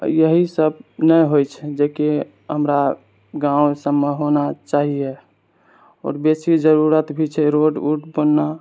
एहि सब नहि होइ छै जेकि हमरा गाँव सभमे होना चाहिए आओर बेसी जरूरत भी छै रोड वुड बनना